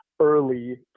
early